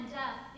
death